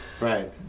Right